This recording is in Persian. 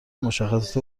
مشخصات